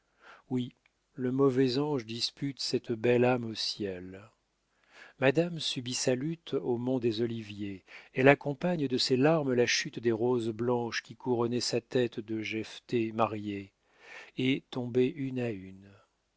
oui le mauvais ange dispute cette belle âme au ciel madame subit sa lutte au mont des oliviers elle accompagne de ses larmes la chute des roses blanches qui couronnaient sa tête de jephté mariée et tombées une à une